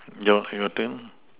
your your turn